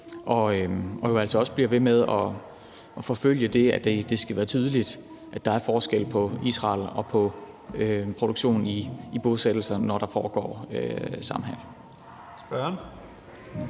man jo altså også bliver ved med at forfølge det, at det skal være tydeligt, at der er forskel på Israel og på produktion i bosættelserne, når der foregår samhandel.